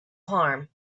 harm